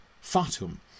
Fatum